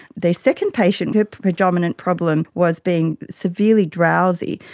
the second patient, her predominant problem was being severely drowsy.